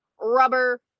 rubber